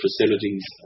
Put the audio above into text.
facilities